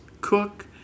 Cook